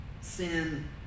sin